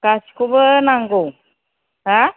गासैखौबो नांगौ हा